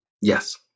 Yes